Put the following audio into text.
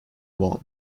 won